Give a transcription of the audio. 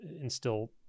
instill